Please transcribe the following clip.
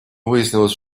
выяснилось